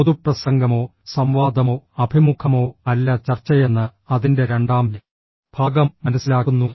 പൊതുപ്രസംഗമോ സംവാദമോ അഭിമുഖമോ അല്ല ചർച്ചയെന്ന് അതിന്റെ രണ്ടാം ഭാഗം മനസ്സിലാക്കുന്നു